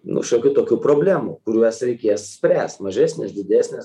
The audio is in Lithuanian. nu šiokių tokių problemų kuriuos reikės spręst mažesnės didesnės